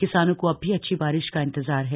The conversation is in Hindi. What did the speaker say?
किसानों को अब भी अच्छी बारिश का इंतजार है